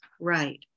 right